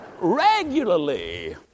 regularly